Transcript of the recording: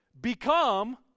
become